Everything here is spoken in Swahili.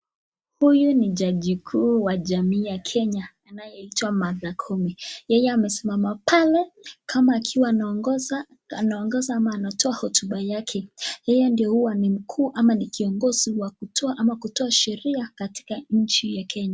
Huyu ni jaji mkuu wa jamii ya Kenya anayeitwa Martha Koome. Yeye amesimama pale kama akiwa anaongoza ama anatoa hotuba yake, yeye ndo huwa ni mkuu ama ni kiongozi wa kutoa ama kutoa sheria katika nchi ya Kenya.